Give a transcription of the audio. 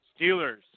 Steelers